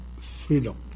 freedom